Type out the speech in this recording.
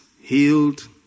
healed